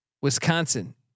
Wisconsin